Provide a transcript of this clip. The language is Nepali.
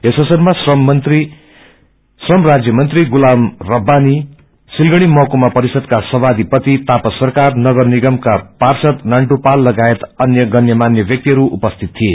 यस अवसरमा श्रम राज्यमंत्री गुलाम रव्वानी सिलगड़ी महकुमा परिषदाका सभाषिपाति तापस सरकार नगर निगमका पार्षद नान्दुपत लागायत अन्य गन्यमान्य व्याक्तिहरू उपसिति थिए